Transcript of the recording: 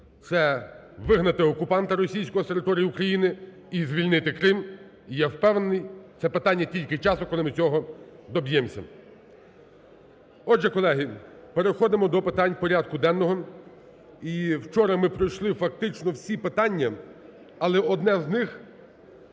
це вигнати окупанта російського з території України і звільнити Крим. І я впевнений, це питання тільки часу, коли ми цього доб'ємося. Отже, колеги, переходимо до питань порядку денного. І вчора ми пройшли, фактично, всі питання, але одне з них